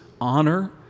honor